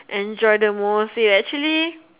enjoy the most it actually